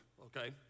okay